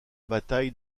bataille